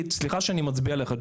סליחה שאני מצביע עליך,